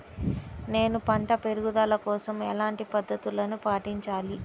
నేను పంట పెరుగుదల కోసం ఎలాంటి పద్దతులను పాటించాలి?